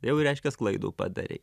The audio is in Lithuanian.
jau reiškias klaidų padarei